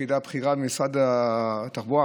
פקידה בכירה במשרד התחבורה,